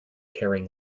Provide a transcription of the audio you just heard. carrying